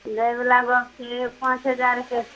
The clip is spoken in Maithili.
दै बला गप छै पाँच हजारके